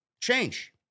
Change